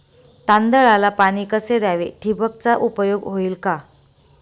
तांदळाला पाणी कसे द्यावे? ठिबकचा उपयोग होईल का?